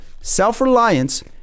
Self-Reliance